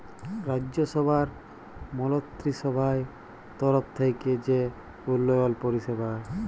রাজ্যসভার মলত্রিসভার তরফ থ্যাইকে যে উল্ল্যয়ল পরিষেবা